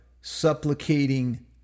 supplicating